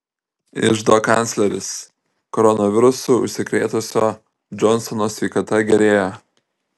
iždo kancleris koronavirusu užsikrėtusio džonsono sveikata gerėja